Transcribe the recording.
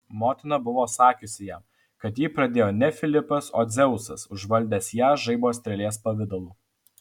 motina buvo sakiusi jam kad jį pradėjo ne filipas o dzeusas užvaldęs ją žaibo strėlės pavidalu